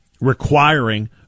requiring